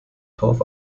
torf